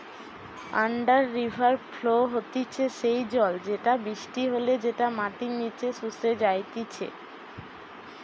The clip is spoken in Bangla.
আন্ডার রিভার ফ্লো হতিছে সেই জল যেটা বৃষ্টি হলে যেটা মাটির নিচে শুষে যাইতিছে